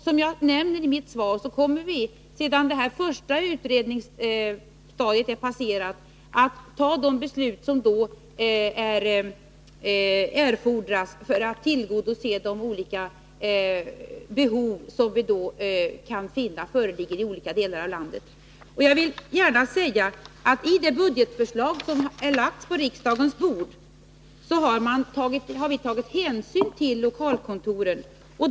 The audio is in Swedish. Som jag nämner i mitt svar kommer vi sedan det första utredningsstadiet är passerat att fatta de beslut som erfordras för att tillgodose de olika behov som då kan föreligga i olika delar av landet. Jag vill gärna säga att vi i det budgetförslag som är lagt på riksdagens bord har tagit hänsyn till lokalkontoren.